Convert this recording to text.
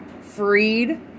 freed